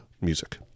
music